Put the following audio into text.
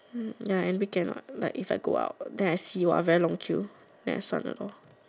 ya and weekend what like if I go out then I see !wah! very long queue then I 算了 lor